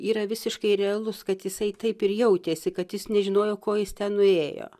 yra visiškai realus kad jisai taip ir jautėsi kad jis nežinojo ko jis ten nuėjo